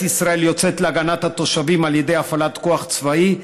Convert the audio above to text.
ישראל יוצאת להגנת התושבים על ידי הפעלת כוח צבאי,